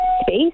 space